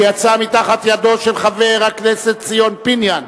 שיצאה מתחת ידו של חבר הכנסת ציון פיניאן,